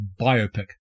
biopic